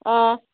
آ